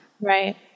Right